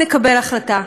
נקבל החלטה.